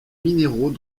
minéraux